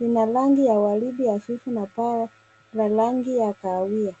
lina rangi ya waridi hafifu na paa la rangi ya kahawia.